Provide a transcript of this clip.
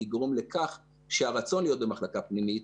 יגרום לכך שהרצון להיות במחלקה פנימית,